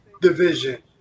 division